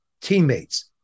teammates